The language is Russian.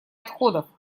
отходов